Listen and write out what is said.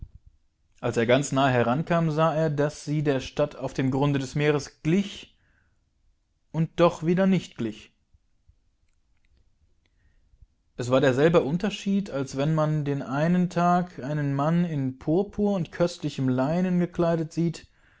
als er ganz nahe herankam sah er daß sie der stadt auf dem grunde des meeres glich und doch wieder nicht glich es war derselbe unterschied als wenn man den einen tag einen mann in purpur und köstlichem leinen gekleidetsieht